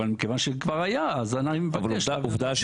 אבל מכיוון שזה כבר היה אז אני מבקש להעביר את זה.